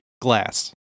glass